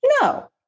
No